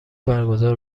برگزار